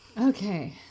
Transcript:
Okay